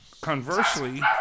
conversely